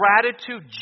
gratitude